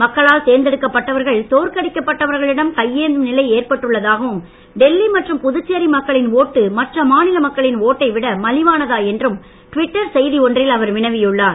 மக்களால் தேர்ந்தெடுக்கப்பட்டவர்கள் தோற்கடிக்கப்பட்டவர்களிடம் கையேந்தும் நிலை ஏற்பட்டுள்ளதாகவும் டெல்லி மற்றும் புதுச்சேரி மக்களின் ஓட்டு மற்ற மாநில மக்களின் ஓட்டை விட மலிவானதா என்றும் டுவிட்டர் செய்தி ஒன்றில் அவர் வினவியுள்ளார்